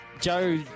Joe